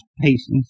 patience